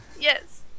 Yes